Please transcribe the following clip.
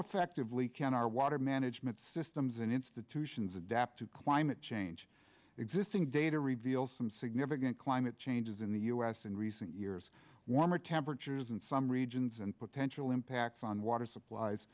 effectively can our water management systems and institutions adapt to climate change existing data reveals some significant climate changes in the u s in recent years warmer temperatures in some regions and potential impacts on water supplies